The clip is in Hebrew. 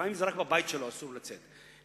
לפעמים אסור לו לצאת מהבית שלו,